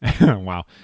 Wow